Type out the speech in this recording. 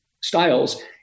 styles